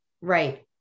Right